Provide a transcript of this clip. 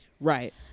Right